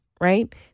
Right